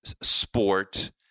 sport